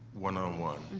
one on one.